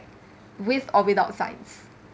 with or without science